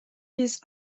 биз